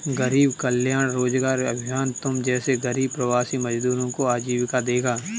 गरीब कल्याण रोजगार अभियान तुम जैसे गरीब प्रवासी मजदूरों को आजीविका देगा